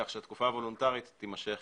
כך שהתקופה הוולונטרית תימשך